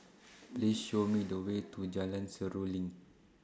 Please Show Me The Way to Jalan Seruling